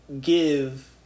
give